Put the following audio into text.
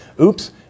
Oops